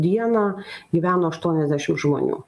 dieną gyveno aštuoniasdešim žmonių